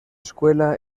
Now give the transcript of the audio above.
escuela